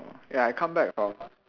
ya I come back from